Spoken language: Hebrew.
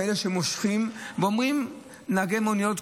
כאלה שמושכים ואומרים: נהגי מוניות,